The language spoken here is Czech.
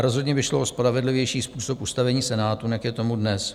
Rozhodně by šlo o spravedlivější způsob ustavení Senátu, než je tomu dnes.